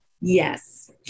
Yes